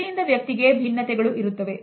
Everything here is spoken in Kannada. ವ್ಯಕ್ತಿಯಿಂದ ವ್ಯಕ್ತಿಗೆ ಭಿನ್ನತೆಗಳು ಇರುತ್ತವೆ